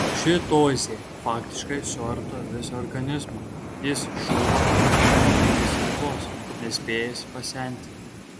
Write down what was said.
ši dozė faktiškai suardo visą organizmą jis žūva nuo spindulinės ligos nespėjęs pasenti